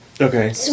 Okay